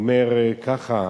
אומר ככה: